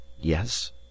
Yes